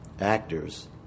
actors